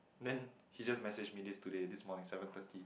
then he just messaged me this today this morning seven thirty